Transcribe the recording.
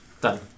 Done